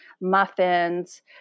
muffins